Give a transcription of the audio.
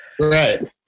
Right